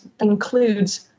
includes